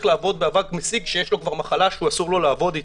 לעבוד באבק מזיק כשיש לו כבר מחלה שאסור לו לעבוד אתה.